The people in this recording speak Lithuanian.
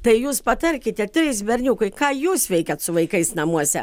tai jūs patarkite trys berniukai ką jūs veikiat su vaikais namuose